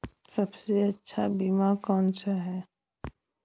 सबसे अच्छा बीमा कौन सा है?